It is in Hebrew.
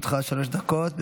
לרשותך שלוש דקות.